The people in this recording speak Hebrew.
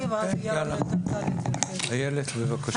בבקשה.